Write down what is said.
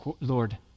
Lord